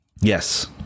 Yes